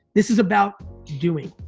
this is about doing.